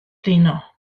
blino